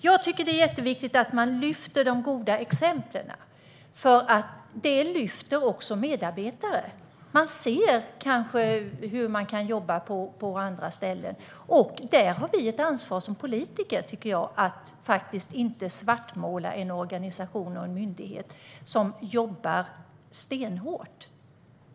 Jag tycker att det är viktigt att man lyfter fram de goda exemplen, för det lyfter också medarbetarna. Man kanske ser hur man jobbar på andra ställen. Där har vi som politiker ett ansvar för att inte svartmåla en organisation och myndighet som jobbar stenhårt.